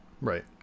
Right